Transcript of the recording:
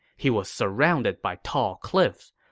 he was surrounded by tall cliffs,